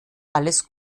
alles